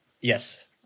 Yes